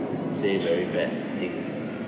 say very bad things ah